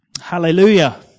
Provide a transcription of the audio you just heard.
Hallelujah